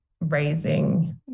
raising